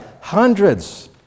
hundreds